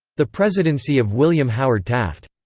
the presidency of william howard taft.